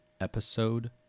episode